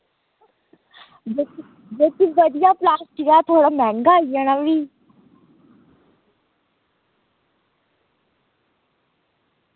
बिच थोह्ड़ा बधिया ते बिच मैहंगा आई जाना भी